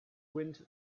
wind